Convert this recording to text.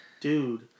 Dude